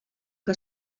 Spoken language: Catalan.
que